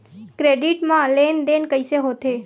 Credit मा लेन देन कइसे होथे?